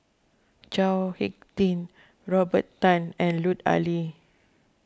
Chao Hick Tin Robert Tan and Lut Ali